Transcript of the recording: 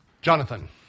Jonathan